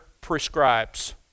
prescribes